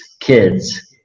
kids